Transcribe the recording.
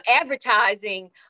advertising